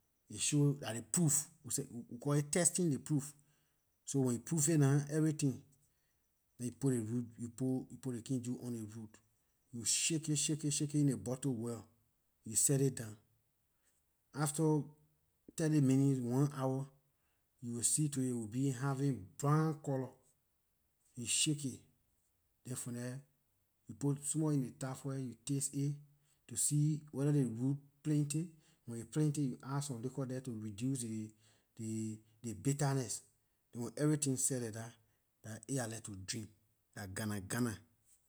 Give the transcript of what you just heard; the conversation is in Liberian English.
It show dah ley proof we call it testing ley proof so when you prove it nah everything then you put ley root you put- you put ley kin juice on ley root you shake it shake it shake it in ley bottle well you set it down after thirty minutes one hour you will see to it aay will be having brown color you shake it then from there you put small in ley tap first you taste it to see whether ley root plenty when it plenty you add some liquor there to reduce the- the the bitterness then when everything set like that dah aay I like to drink dah gana- gana